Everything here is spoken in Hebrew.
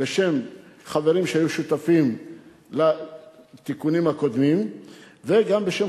בשם חברים שהיו שותפים לתיקונים הקודמים וגם בשם